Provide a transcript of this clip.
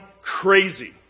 crazy